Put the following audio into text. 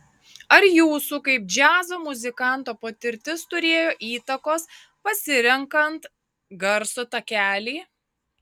ar jūsų kaip džiazo muzikanto patirtis turėjo įtakos pasirenkant garso takelį